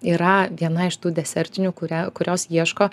yra viena iš tų desertinių kurią kurios ieško